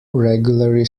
regularly